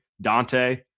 Dante